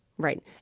Right